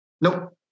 Nope